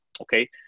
okay